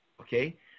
Okay